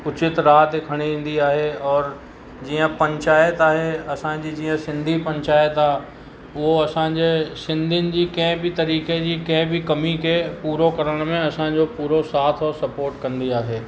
उचित राह त खणी ईंदी आहे और जीअं पंचायत आहे असांजी जीअं सिंधी पंचायत आहे उहो असांजे सिंधियुनि जी कंहिं बि तरीक़े जी कंहिं बि कमी खे पूरो करण में असांजो पूरो साथ और सपोट कंदी आहे